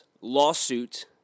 lawsuit